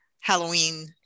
Halloween